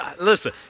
listen